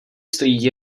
stojí